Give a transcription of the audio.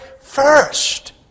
first